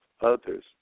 others